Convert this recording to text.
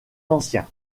anciens